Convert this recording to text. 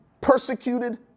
persecuted